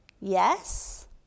yes